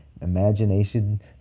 imagination